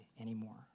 anymore